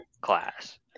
class